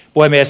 puhemies